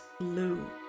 blue